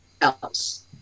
else